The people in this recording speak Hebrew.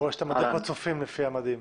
אני רואה שאתה מדריך בצופים לפי המדים.